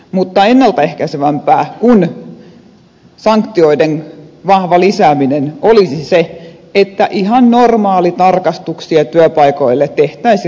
mutta ennalta ehkäisevämpää kuin sanktioiden vahva lisääminen olisi se että tehtäisiin ihan normaalitarkastuksia työpaikoille riittävän usein